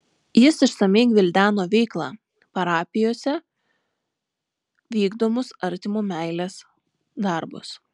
jis išsamiai gvildeno veiklą parapijose vykdomus artimo meilės darbus